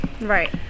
right